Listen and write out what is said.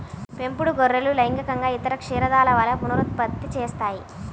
పెంపుడు గొర్రెలు లైంగికంగా ఇతర క్షీరదాల వలె పునరుత్పత్తి చేస్తాయి